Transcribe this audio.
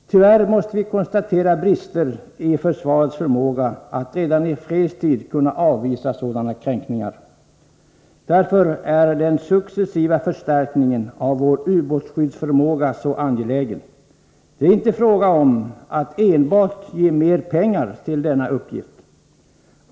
Tyvärr måste vi konstatera brister i försvarets förmåga att redan i fredstid avvisa sådana kränkningar. Därför är den successiva förstärkningen av vår ubåtsskyddsförmåga så angelägen. Det är inte enbart fråga om att ge mer pengar för detta ändamål.